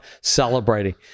Celebrating